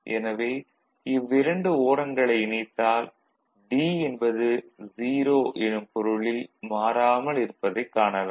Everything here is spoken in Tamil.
எனவே இவ்விரண்டு ஓரங்களை இணைத்தால் D என்பது 0 எனும் பொருளில் மாறாமல் இருப்பதைக் காணலாம்